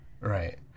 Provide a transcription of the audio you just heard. Right